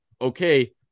Okay